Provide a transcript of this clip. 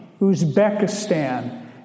Uzbekistan